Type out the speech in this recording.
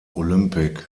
olympic